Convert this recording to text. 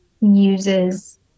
uses